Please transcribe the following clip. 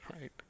right